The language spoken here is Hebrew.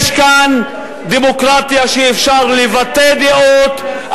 יש כאן דמוקרטיה שאפשר לבטא דעות,